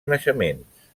naixements